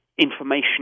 information